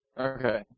Okay